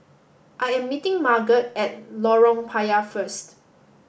I am meeting Margot at Lorong Payah first